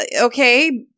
okay